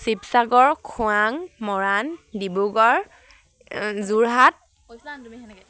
শিৱসাগৰ খোৱাং মৰাণ ডিব্ৰুগড় যোৰহাট